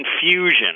confusion